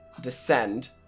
descend